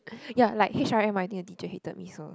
ya like H_R_M I think the teacher hated me so